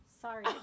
Sorry